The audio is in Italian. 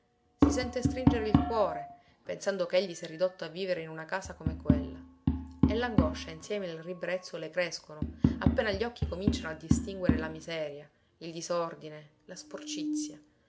si sente stringere il cuore pensando ch'egli s'è ridotto a vivere in una casa come quella e l'angoscia e insieme il ribrezzo le crescono appena gli occhi cominciano a distinguere la miseria il disordine la sporcizia